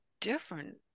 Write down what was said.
different